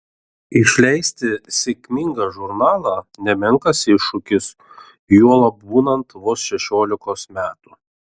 išleisti sėkmingą žurnalą nemenkas iššūkis juolab būnant vos šešiolikos metų